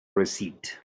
receipt